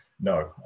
no